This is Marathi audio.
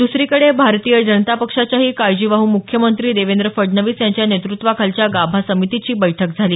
द्सरीकडे भारतीय जनता पक्षाच्याही काळजीवाहू मुख्यमंत्री देवेंद्र फडणवीस यांच्या नेतृत्वाखालच्या गाभा समितीची बैठक झाली